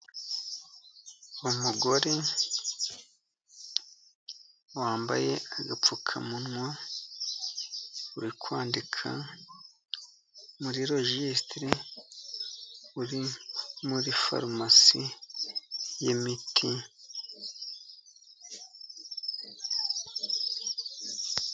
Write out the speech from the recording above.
Umugore wambaye agapfukamunwa, uri kwandika muri rojisitire, uri muri farumasi y'imiti.